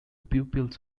pupils